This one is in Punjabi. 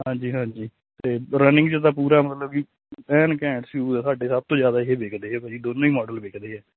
ਹਾਂਜੀ ਹਾਂਜੀ ਤੇ ਰਨਿੰਗ ਜਿਦਾ ਪੂਰਾ ਮਤਲਬ ਐਨ ਘੈਂਟ ਸ਼ਜ਼ ਆ ਸਾਡੇ ਸਭ ਤੋਂ ਜਿਆਦਾ ਇਹ ਵਿਕਦੇ ਭਾਅ ਜੀ ਦੋਨਾਂ ਹੀ ਮਾਡਲ ਵਿਕਦੇ ਆ